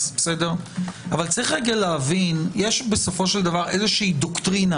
אבל צריך להבין שיש בסופו של דבר איזו שהיא דוקטרינה